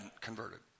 converted